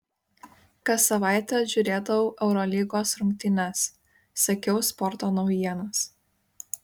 kas savaitę žiūrėdavau eurolygos rungtynes sekiau sporto naujienas